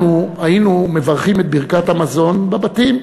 היינו מברכים את ברכת המזון בבתים.